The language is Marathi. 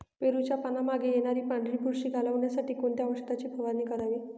पेरूच्या पानांमागे येणारी पांढरी बुरशी घालवण्यासाठी कोणत्या औषधाची फवारणी करावी?